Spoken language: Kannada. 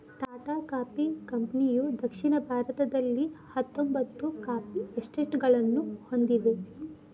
ಟಾಟಾ ಕಾಫಿ ಕಂಪನಿಯುದಕ್ಷಿಣ ಭಾರತದಲ್ಲಿಹತ್ತೊಂಬತ್ತು ಕಾಫಿ ಎಸ್ಟೇಟ್ಗಳನ್ನು ಹೊಂದಿದೆ